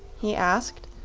he asked,